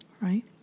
Right